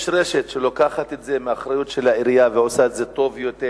יש רשת שלוקחת את זה מהאחריות של העירייה ועושה את זה טוב יותר,